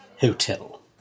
hotel